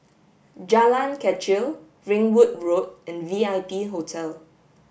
Jalan Kechil Ringwood Road and V I P Hotel